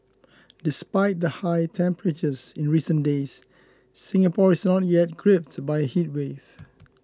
despite the high temperatures in recent days Singapore is not yet gripped by a heatwave